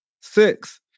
Six